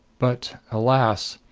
but, alas!